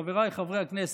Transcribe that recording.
חבריי חברי הכנסת,